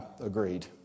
agreed